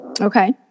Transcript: Okay